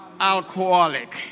alcoholic